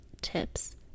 tips